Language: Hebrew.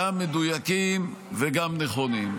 גם מדויקים וגם נכונים.